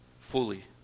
fully